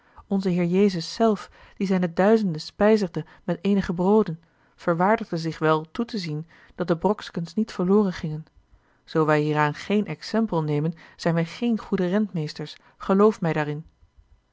onze heer jezus zelf die zijne duizenden spijzigde met eenige brooden verwaardigde zich wel toe te zien dat de brokskens niet verloren gingen zoo wij hieraan geen exempel nemen zijn wij geen goede rentmeesters geloof mij daarin